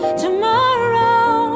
tomorrow